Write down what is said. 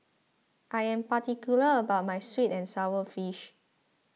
I am particular about my Sweet and Sour Fish